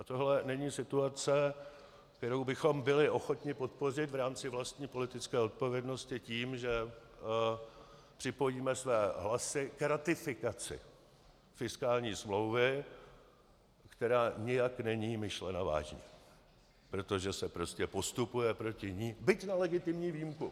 Tohle není situace, kterou bychom byli ochotni podpořit v rámci vlastní politické odpovědnosti tím, že připojíme své hlasy k ratifikaci fiskální smlouvy, která nijak není myšlena vážně, protože se prostě postupuje proti ní, byť na legitimní výjimku.